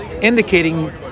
indicating